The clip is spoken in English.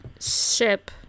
ship